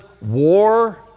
war